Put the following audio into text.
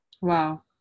Wow